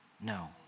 No